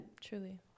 Truly